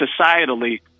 societally